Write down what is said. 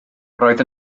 roedd